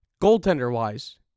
Goaltender-wise